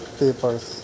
papers